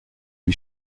lui